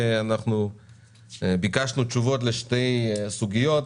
ביקשנו תשובות לשתי סוגיות.